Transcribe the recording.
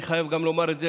אני חייב גם לומר את זה,